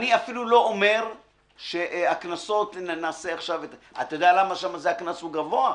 אני אפילו לא אומר שהקנסות נעשה עכשיו אתה יודע למה שם הקנס הוא גבוה?